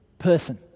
Person